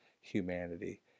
humanity